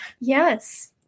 Yes